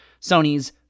Sony's